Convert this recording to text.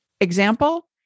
example